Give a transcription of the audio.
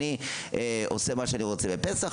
אני עושה מה שאני רוצה בפסח,